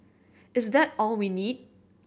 is that all we need